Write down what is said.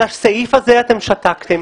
על הסעיף הזה אתם שתקתם,